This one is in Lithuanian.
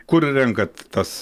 kur renkat tas